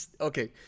okay